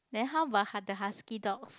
then how about the hu~ the husky dogs